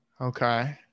Okay